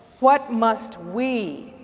what must we,